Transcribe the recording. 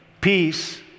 peace